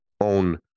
own